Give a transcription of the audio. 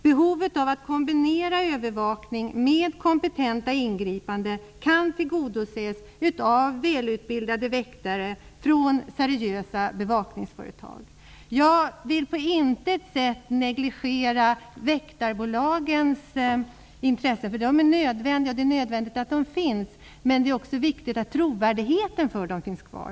Behovet av att kombinera övervakning med kompetenta ingripanden kan tillgodoses av välutbildade väktare från seriösa bevakningsföretag. Jag vill på intet sätt negligera väktarbolagens intresse -- det är nödvändigt att de finns -- men det är också viktigt att deras trovärdighet finns kvar.